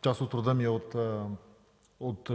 част от рода ми е от